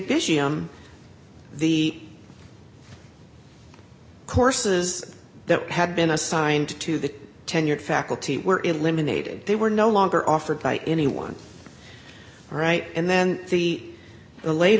n the courses that had been assigned to the tenured faculty were eliminated they were no longer offered by anyone right and then the the laid